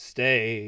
Stay